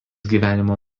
gyvenimo